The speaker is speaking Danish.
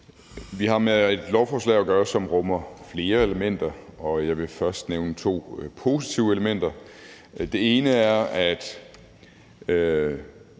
Vi har med et lovforslag at gøre, som rummer flere elementer, og jeg vil først nævne to positive elementer. Det ene er, at